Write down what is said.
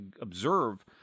observe